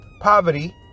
poverty